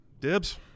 Dibs